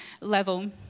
level